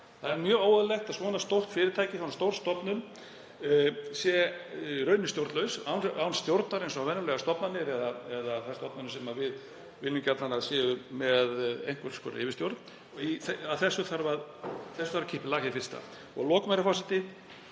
Það er mjög óeðlilegt að svona stórt fyrirtæki, stór stofnun, sé í raun stjórnlaus, án stjórnar eins og venjulegar stofnanir eða þær stofnanir sem við viljum gjarnan að séu með einhvers konar yfirstjórn. Þessu þarf að kippa í lag hið fyrsta. Að lokum hvet